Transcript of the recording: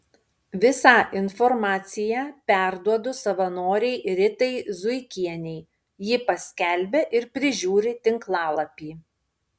visą informaciją perduodu savanorei ritai zuikienei ji paskelbia ir prižiūri tinklalapį